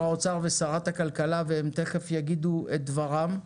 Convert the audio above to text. האוצר ושרת הכלכלה והם תיכף יגידו את דברם,